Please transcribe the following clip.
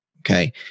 Okay